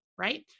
Right